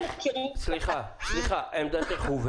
גברתי, עמדתכם הובהרה.